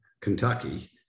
Kentucky